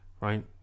Right